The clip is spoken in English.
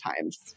times